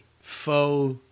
faux